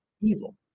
evil